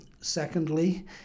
Secondly